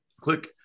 Click